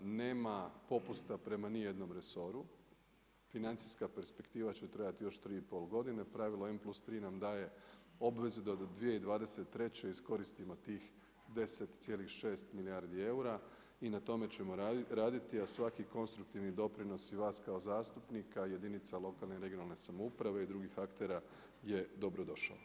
Nema popusta prema nijednom resoru, financijska perspektiva će trajati još 3,5 godine i pravilo N+3 nam daje obvezu da do 2023. iskoristimo tih 10,6 milijardi eura i na tome ćemo raditi, a svaki konstruktivni doprinos i vas kao zastupnika, jedinica lokalne i regionalne samouprave i drugih aktera je dobrodošao.